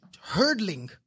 hurdling